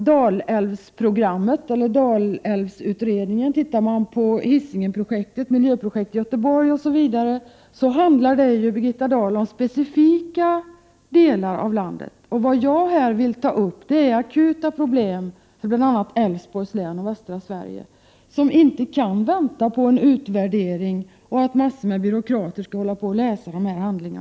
Dalälvsutredningen, Hisingeprojektet, miljöprojekt Göteborg, osv., handlar ju om specifika delar av landet. Vad jag här vill ta upp är akuta problem för bl.a. Älvsborgs län och västra Sverige — problem som inte kan vänta på en utvärdering och på att massor av byråkrater skall hinna läsa dessa handlingar.